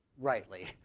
rightly